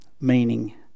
meaning